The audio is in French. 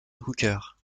hooker